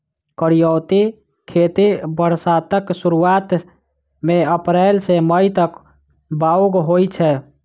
करियौती खेती बरसातक सुरुआत मे अप्रैल सँ मई तक बाउग होइ छै